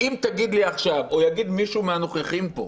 אם אתה או מישהו מהנוכחים כאן